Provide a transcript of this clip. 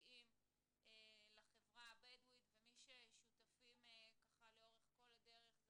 ייחודיים לחברה הבדואית ומי ששותפים לאורך כל הדרך זה